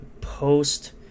post